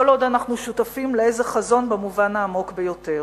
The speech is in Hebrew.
כל עוד אנחנו שותפים לאיזה חזון במובן העמוק ביותר,